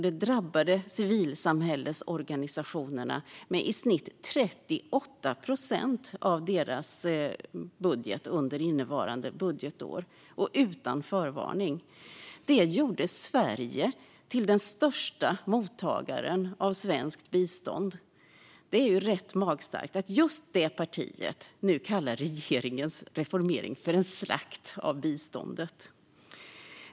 Det drabbade civilsamhällesorganisationerna med i snitt 38 procent av deras budgetar under innevarande budgetår - utan förvarning. Det gjorde Sverige till den största mottagaren av svenskt bistånd. Det är magstarkt att just Socialdemokraterna nu kallar regeringens reformering för en slakt av biståndet.